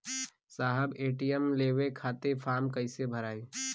साहब ए.टी.एम लेवे खतीं फॉर्म कइसे भराई?